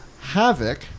Havoc